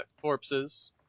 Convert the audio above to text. corpses